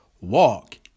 walk